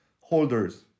holders